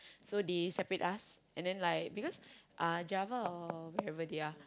so they separate us and then like because uh Java or wherever they are